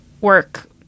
work